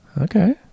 Okay